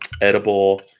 edible